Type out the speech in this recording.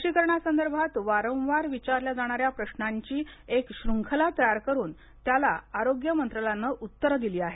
लसीकरणा संदर्भात वारंवार विचारल्या जाणार्या प्रश्नांची एक शृंखला तयर करून त्याला आरोग्य मंत्रालयाने उत्तर दिली आहेत